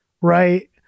right